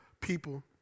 people